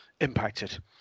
impacted